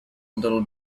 little